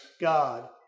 God